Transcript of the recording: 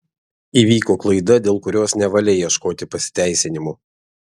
įvyko klaida dėl kurios nevalia ieškoti pasiteisinimų